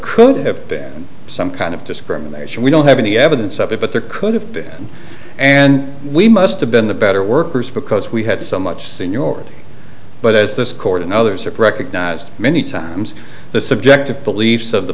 could have been some kind of discrimination we don't have any evidence of it but there could have been and we must have been the better workers because we had so much seniority but as this court and others have recognized many times the subjective beliefs of the